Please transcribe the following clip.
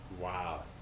Wow